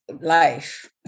life